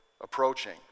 approaching